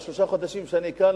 בשלושת החודשים שאני כאן,